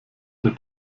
der